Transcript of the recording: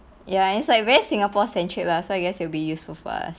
ya it's like very singapore centric lah so I guess it'll be useful for us